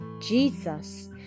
Jesus